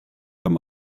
haben